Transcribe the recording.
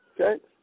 Okay